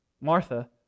Martha